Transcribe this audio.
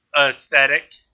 aesthetic